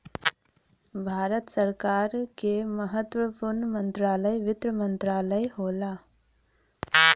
भारत सरकार क महत्वपूर्ण मंत्रालय वित्त मंत्रालय होला